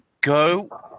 go